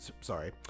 sorry